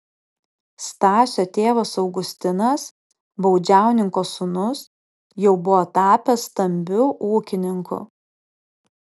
stasio tėvas augustinas baudžiauninko sūnus jau buvo tapęs stambiu ūkininku